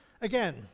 again